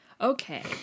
Okay